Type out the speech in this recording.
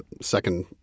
second